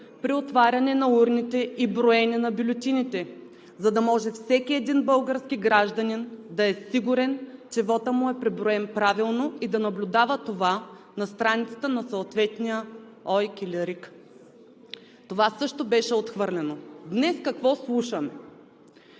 при отваряне на урните и броене на бюлетините, за да може всеки един български гражданин да е сигурен, че вотът му е преброен правилно и да наблюдава това на страницата на съответния ОИК или РИК. Това също беше отхвърлено. Днес какво слушам?